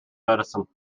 medicine